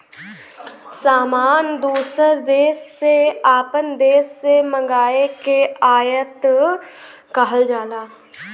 सामान दूसर देस से आपन देश मे मंगाए के आयात कहल जाला